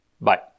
bye